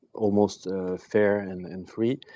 almost fair and and free.